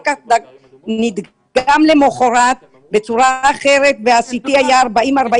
נדגם למחרת בצורה אחרת וה-CT היה 40-41,